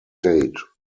state